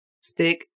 stick